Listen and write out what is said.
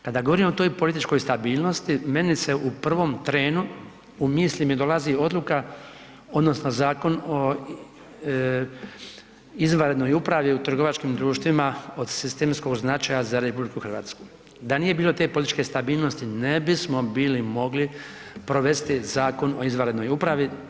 Kada govorimo o toj političkoj stabilnosti, meni se u prvom trenu u misli mi dolazi odluka odnosno Zakon o izvanrednoj upravi u trgovačkim društvima od sestrinskog značaja za RH, da nije bilo te političke stabilnosti ne bismo bili mogli provesti Zakon o izvanrednoj upravi.